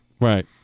Right